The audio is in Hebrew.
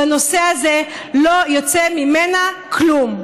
לא יוצא ממנה כלום.